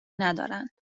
ندارند